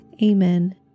Amen